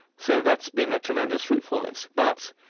so that's been a tremendous fruitfulness. but,